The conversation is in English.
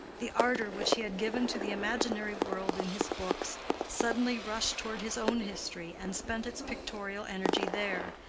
the ardor which he had given to the imaginary world in his books suddenly rushed toward his own history and spent its pictorial energy there,